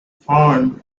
farm